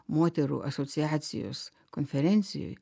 moterų asociacijos konferencijoj